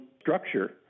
structure